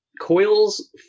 coils